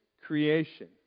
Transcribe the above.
creation